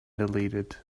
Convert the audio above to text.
deleted